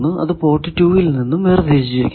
അത് പോർട്ട് 2 ൽ നിന്നും വേർതിരിച്ചിരിക്കുന്നു